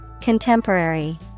Contemporary